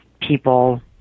people